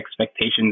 expectations